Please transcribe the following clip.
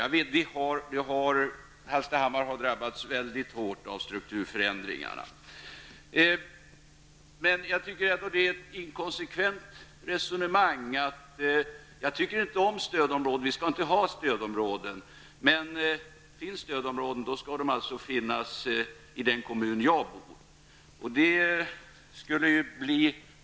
Hallstahammar har drabbats väldigt hårt av strukturförändringarna. Jag tycker ändå att det är ett inkonsekvent resonemang att säga: Jag tycker inte om stödområden, vi skall inte ha stödområden, men om det skall finnas stödområden skall de finnas i den kommun som jag bor i.